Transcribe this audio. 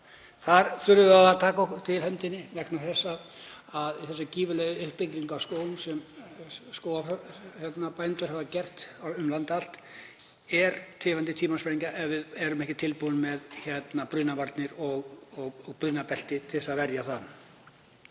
Þar þurfum við að taka til hendinni vegna þess að þessi gífurlega uppbygging á skógum sem skógarbændur hafa staðið fyrir um land allt er tifandi tímasprengja ef við erum ekki tilbúin með brunavarnir og brunabelti til að verja það.